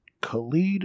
Khalid